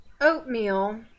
oatmeal